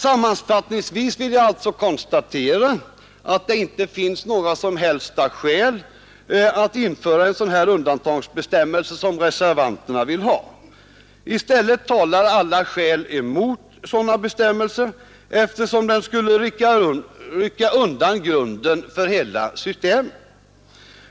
Sammanfattningsvis vill jag konstatera att det inte finns några som helst skäl att införa en sådan undantagsbestämmelse som reservanterna vill ha. I stället talar alla skäl emot sådana bestämmelser, eftersom de skulle rycka undan grunden för hela systemet.